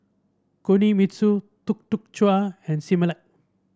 Kinohimitsu Tuk Tuk Cha and Similac